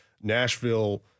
Nashville